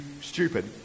stupid